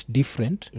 different